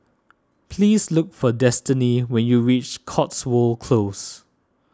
please look for Destiney when you reach Cotswold Close